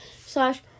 slash